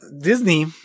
Disney